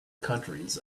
countries